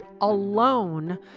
alone